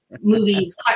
movies